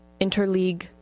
interleague